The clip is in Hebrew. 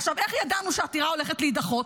עכשיו, איך ידענו שהעתירה הולכת להידחות?